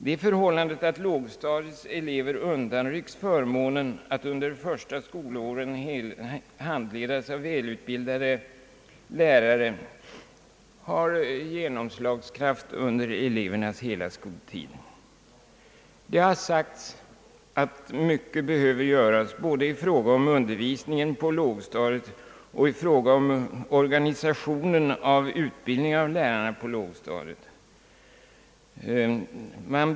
Det förhållandet att lågstadiets elever undanrycks förmånen att under de första skolåren handledas av välutbildade lärare har genomslagskraft under elevernas hela skoltid. Det har sagts att mycket behöver göras både i fråga om undervisningen på lågstadiet och i fråga om organisationen av utbildningen av lärare på lågstadiet.